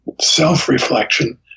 self-reflection